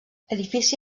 edifici